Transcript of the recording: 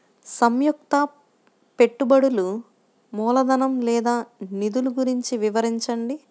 సంయుక్త పెట్టుబడులు మూలధనం లేదా నిధులు గురించి వివరించండి?